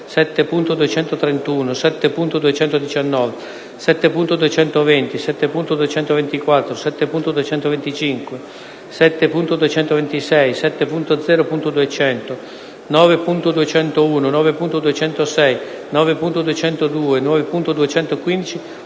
7.231, 7.219, 7.220, 7.224, 7.225, 7.226, 7.0.200, 9.201, 9.206, 9.202, 9.215,